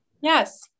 Yes